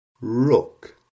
rook